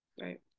Right